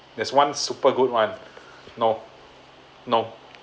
that's one super good one no no